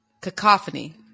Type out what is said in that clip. cacophony